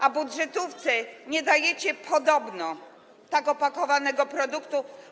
A budżetówce nie dajecie podobno tak opakowanego produktu.